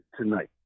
tonight